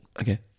okay